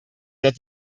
that